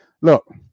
Look